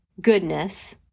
goodness